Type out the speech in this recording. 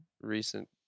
recent